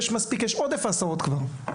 יש עודף הסעות כבר.